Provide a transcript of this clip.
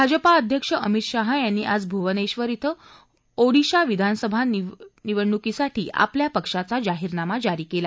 भाजपा अध्यक्ष अमित शाह यांनी आज भुवनेश्वर इथं ओडिशा विधानसभा निवडणुकीसाठी आपल्या पक्षाचा जाहीरनामा जारी केला